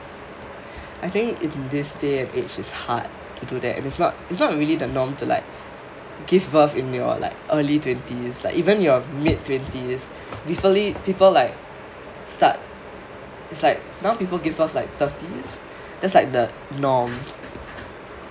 I think in this day and age is hard to do that and is not is not really the norm to like give birth in your like early twenties like even your mid twenties preferably people like start is like now people give birth like thirties that's like the norm